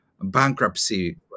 bankruptcy